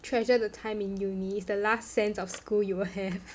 treasure the time in uni is the last sense of school you will have